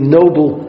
noble